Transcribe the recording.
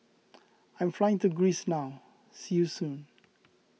I am flying to Greece now see you soon